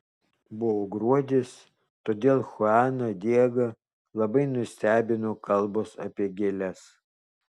buvo gruodis todėl chuaną diegą labai nustebino kalbos apie gėles